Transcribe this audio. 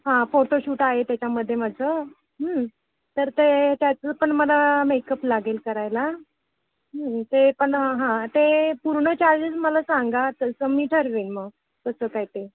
हां फोटोशूट आहे त्याच्यामध्ये माझं तर ते त्याचं पण मला मेकअप लागेल करायला ते पण हां ते पूर्ण चार्जेस मला सांगा तसं मी ठरवेन मग कसं काय ते